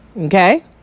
Okay